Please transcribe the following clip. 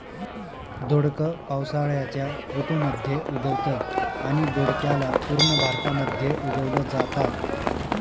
दोडक पावसाळ्याच्या ऋतू मध्ये उगवतं आणि दोडक्याला पूर्ण भारतामध्ये उगवल जाता